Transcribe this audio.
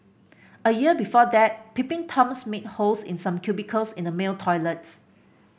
a year before that peeping Toms made holes in some cubicles in the male toilets